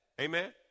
Amen